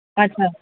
اچھا